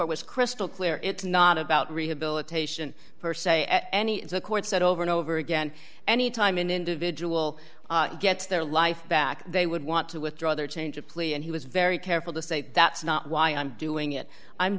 was crystal clear it's not about rehabilitation per se any the court said over and over again any time an individual gets their life back they would want to withdraw their change of plea and he was very careful to say that's not why i'm doing it i'm